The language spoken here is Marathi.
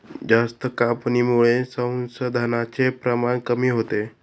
जास्त कापणीमुळे संसाधनांचे प्रमाण कमी होते